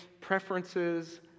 preferences